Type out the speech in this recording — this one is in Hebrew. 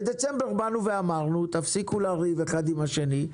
בדצמבר אמרנו: תפסיקו לריב אחד עם השני,